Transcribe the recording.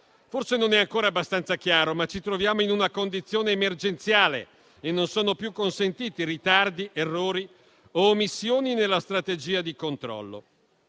Forse non è ancora abbastanza chiaro, ma ci troviamo in una condizione emergenziale e non sono più consentiti ritardi, errori ed omissioni nella strategia di controllo.